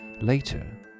Later